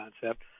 concept